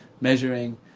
measuring